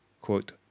quote